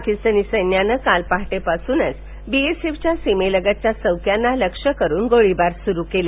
पाकिस्तानी सैन्यानं काल पहाटेपासूनच बीएसएफच्या सीमेलगतच्या चौक्यांना लक्ष्य करून गोळीबार सुरू केला